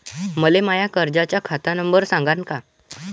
मले माया कर्जाचा खात नंबर सांगान का?